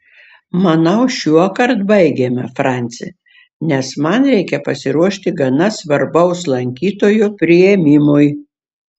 manau šiuokart baigėme franci nes man reikia pasiruošti gana svarbaus lankytojo priėmimui